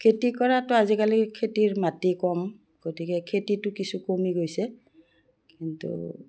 খেতি কৰাতো আজিকালি খেতিৰ মাটি কম গতিকে খেতিটো কিছু কমি গৈছে কিন্তু